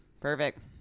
Perfect